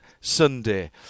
Sunday